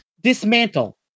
Dismantle